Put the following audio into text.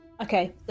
Okay